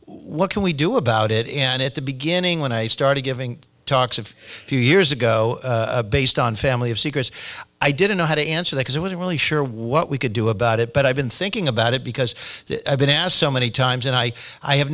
what can we do about it and at the beginning when i started giving talks of a few years ago based on family of secrets i didn't know how to answer that as it was really sure what we could do about it but i've been thinking about it because i've been asked so many times and i i have